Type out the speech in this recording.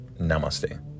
Namaste